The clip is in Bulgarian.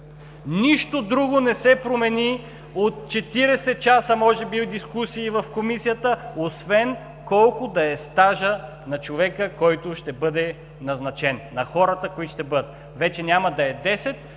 Нищо друго не се промени от 40 часа може би дискусии в Комисията освен колко да е стажът на човека, който ще бъде назначен, на хората, които ще бъдат назначени.